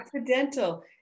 accidental